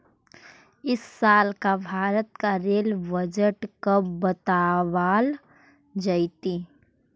इस साल का भारत का रेल बजट कब बतावाल जतई